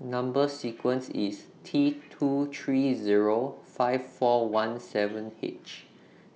Number sequence IS T two three Zero five four one seven H